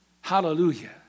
Hallelujah